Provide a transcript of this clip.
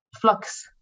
flux